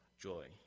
joy